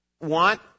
want